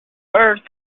birth